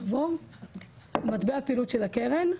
מטבע הפעילות של הקרן,